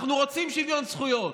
אנחנו רוצים שוויון זכויות,